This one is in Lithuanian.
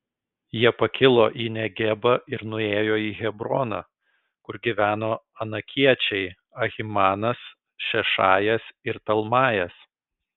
jie pakilo į negebą ir nuėjo į hebroną kur gyveno anakiečiai ahimanas šešajas ir talmajas